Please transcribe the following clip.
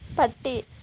പട്ടി